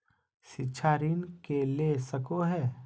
शिक्षा ऋण के ले सको है?